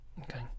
Okay